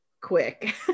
quick